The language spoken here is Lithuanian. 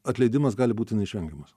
atleidimas gali būti neišvengiamas